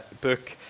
book